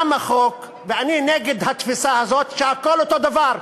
גם החוק, אני נגד התפיסה הזאת שהכול אותו דבר.